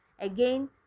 Again